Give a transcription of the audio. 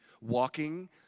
walking